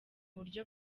buryo